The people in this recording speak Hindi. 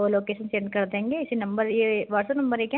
ओर लोकेसन सेंड कर देंगे इसी नम्बर यह वाट्सअप नम्बर है क्या